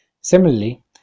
Similarly